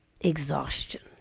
exhaustion